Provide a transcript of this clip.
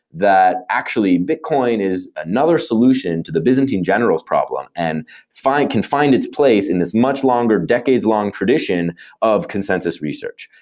that actually bitcoin is another solution to the byzantine generals problem, and can find its place in this much longer, decades long tradition of consensus research.